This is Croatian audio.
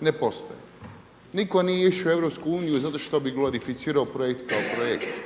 ne postoji, nitko nije išao u EU zato što bi glorificirao projekt kao projekt